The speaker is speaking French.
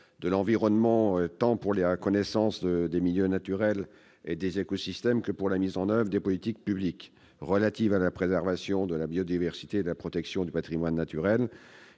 rôle majeur, tant pour la connaissance des milieux naturels et des écosystèmes que pour la mise en oeuvre des politiques publiques relatives à la préservation de la biodiversité et à la protection du patrimoine naturel.